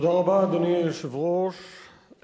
אדוני היושב-ראש,